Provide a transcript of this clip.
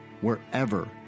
wherever